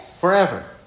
forever